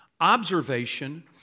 observation